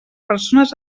persones